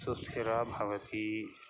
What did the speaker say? सुस्थिरा भवति